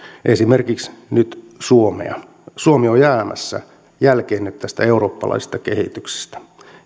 esimerkiksi nyt suomea suomi on jäämässä jälkeen nyt tästä eurooppalaisesta kehityksestä